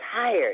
tired